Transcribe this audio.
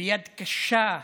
ויד קשה,